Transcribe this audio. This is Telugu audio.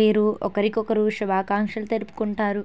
వీరు ఒకరికొకరు శుభాకాంక్షలు తెలుపుకుంటారు